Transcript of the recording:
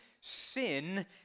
sin